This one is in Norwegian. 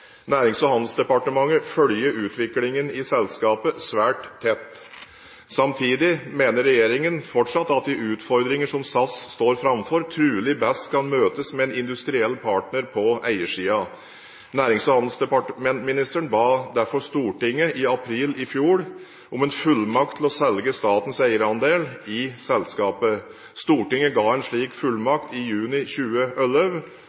Nærings- og handelsdepartementet følger utviklingen i selskapet svært tett. Samtidig mener regjeringen fortsatt at de utfordringer som SAS står framfor, trolig best kan møtes med en industriell partner på eiersiden. Nærings- og handelsministeren ba derfor Stortinget i april i fjor om en fullmakt til å selge statens eierandel i selskapet. Stortinget ga en slik